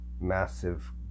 massive